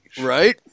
Right